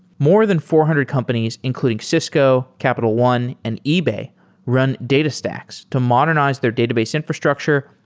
more than four hundred companies including cisco, capital one, and ebay run datastax to modernize their database infrastructure,